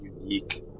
unique